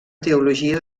teologia